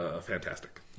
Fantastic